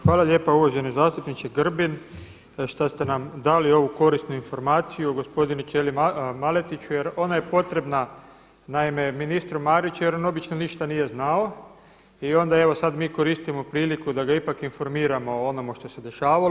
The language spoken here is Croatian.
Hvala lijepa uvaženi zastupniče Grbin, šta ste nam dali ovu korisnu informaciju o gospodinu Čedi Maletiću jer ona je potrebna ministru Mariću jer on obično ništa nije znao i onda evo mi sada koristimo priliku da ga ipak informiramo o onome što se dešavalo.